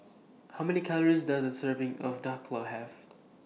How Many Calories Does A Serving of Dhokla Have